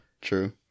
true